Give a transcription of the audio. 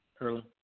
early